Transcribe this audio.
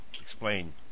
Explain